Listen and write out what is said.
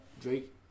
Drake